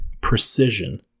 precision